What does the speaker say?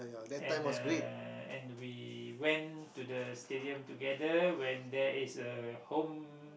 and uh and we went to the stadium together when there is a home